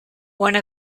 one